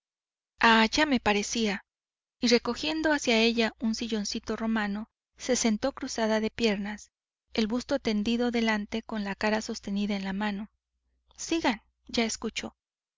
ah ya me parecía y recogiendo hacia ella un silloncito romano se sentó cruzada de piernas el busto tendido adelante con la cara sostenida en la mano sigan ya escucho